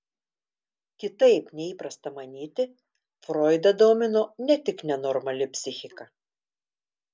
kitaip nei įprasta manyti froidą domino ne tik nenormali psichika